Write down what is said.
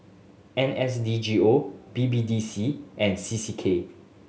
N S D G O B B D C and C C K